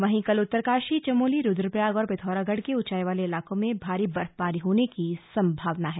वहीं कल उत्तरकाशी चमोली रुद्रप्रयाग और पिथौरागढ़ के ऊंचाई वाले इलाकों में भारी बर्फबारी होने की संभावना है